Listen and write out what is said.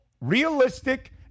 realistic